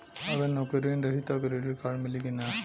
अगर नौकरीन रही त क्रेडिट कार्ड मिली कि ना?